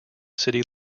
city